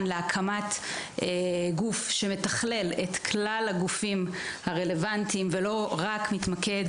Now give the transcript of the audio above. להקמת גוף שמתכלל את כלל הגופים הרלוונטיים ולא מתמקד